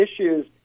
issues